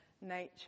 nature